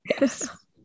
Yes